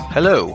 Hello